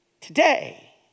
today